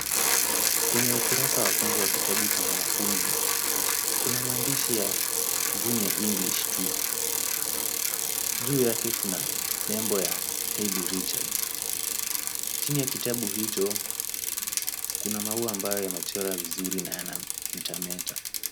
Kwenye ukurasa wa kwanza kwa kitabu cha mwanafunzi, kuna maandish ya junior english two .Juu yake kuna nembo ya haidy richards. Chini ya kitabu hicho kuna maua ambayo yamechorwa vizuri na yanametameta.